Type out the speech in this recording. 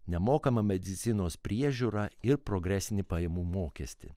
nemokamą medicinos priežiūrą ir progresinį pajamų mokestį